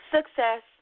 Success